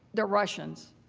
the russians.